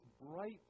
bright